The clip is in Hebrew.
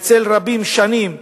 ואצל רבים שנים,